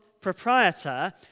proprietor